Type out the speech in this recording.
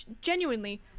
genuinely